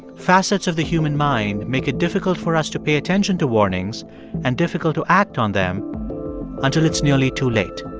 facets of the human mind make it difficult for us to pay attention to warnings and difficult to act on them until it's nearly too late